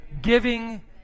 giving